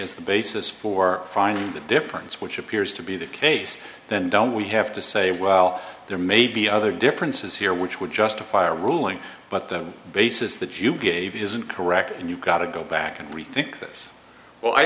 as the basis for finding the difference which appears to be the case then don't we have to say well there may be other differences here which would justify a ruling but the basis that you gave isn't correct and you've got to go back and re